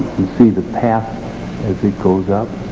see the path as it goes up,